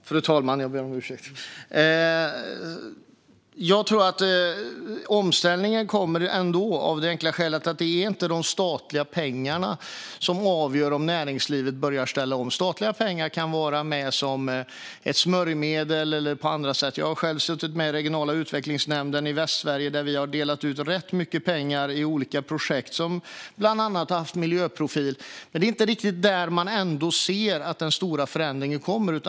Fru talman! Jag tror att omställningen ändå kommer, av det enkla skälet att det inte är de statliga pengarna som avgör om näringslivet börjar ställa om. Statliga pengar kan vara med som ett smörjmedel eller fungera på andra sätt. Jag har själv suttit med i den regionala utvecklingsnämnden i Västsverige, där vi har delat ut rätt mycket pengar till olika projekt som bland annat har haft en miljöprofil. Men det är ändå inte riktigt där man ser att den stora förändringen kommer.